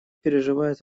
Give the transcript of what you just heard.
переживает